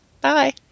Bye